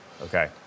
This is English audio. Okay